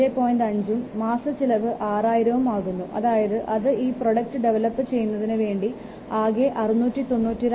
5 ഉം മാസ ചിലവ് 6000 ഉം ആകുന്നു അതായത് അത് ഈ പ്രോഡക്റ്റ് ഡെവലപ്പ് ചെയ്യുന്നതിന് വേണ്ടി ആകെ 692